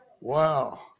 Wow